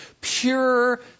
pure